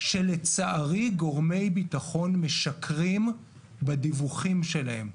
שלצערי גורמי ביטחון משקרים בדיווחים שלהם.